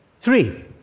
Three